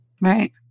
Right